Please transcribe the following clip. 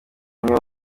umwe